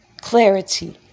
clarity